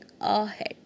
ahead